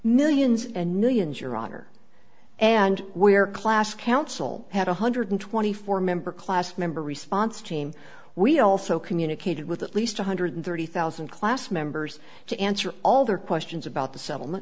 millions and millions your honor and where class council had one hundred twenty four member class member response team we also communicated with at least one hundred thirty thousand class members to answer all their questions about the settlement